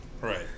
Right